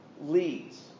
leads